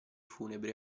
funebri